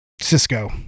Cisco